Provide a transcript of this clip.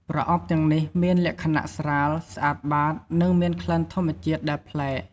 ប្រអប់ទាំងនេះមានលក្ខណៈស្រាល ស្អាតបាត និងមានក្លិនធម្មជាតិដែលប្លែក។